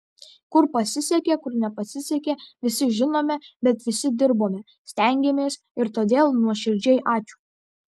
kur pasisekė kur nepasisekė visi žinome bet visi dirbome stengėmės ir todėl nuoširdžiai ačiū